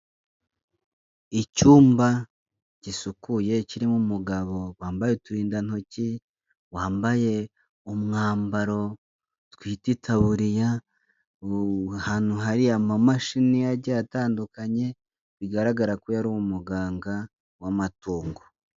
Icyumba gisukuye kirimo umugabo wambaye uturindantoki, wambaye umwambaro twita itaburiya, ahantu hariyo amamashini agiye atandukanye, bigaragara ko uyu ari umuganga w'amatungo.